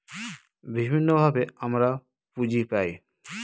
বিভিন্নভাবে আমরা পুঁজি পায়